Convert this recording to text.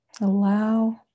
Allow